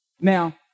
Now